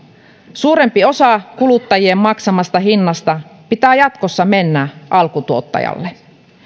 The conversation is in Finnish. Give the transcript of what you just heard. suurempi osa kuluttajien maksamasta hinnasta pitää jatkossa mennä alkutuottajalle